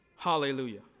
Hallelujah